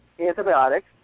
antibiotics